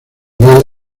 nivel